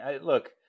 Look